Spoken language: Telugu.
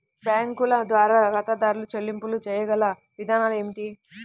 బ్యాంకుల ద్వారా ఖాతాదారు చెల్లింపులు చేయగల విధానాలు ఏమిటి?